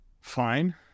Fine